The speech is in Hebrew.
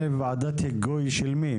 א', ועדת היגוי של מי?